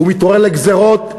והוא מתעורר לגזירות,